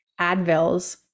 advils